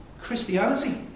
Christianity